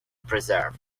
preserve